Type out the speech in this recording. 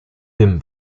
dem